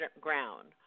ground